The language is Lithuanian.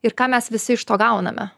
ir ką mes visi iš to gauname